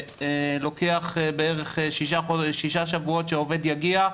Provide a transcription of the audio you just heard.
שלוקח בערך שישה שבועות שעובד יגיע,